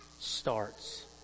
starts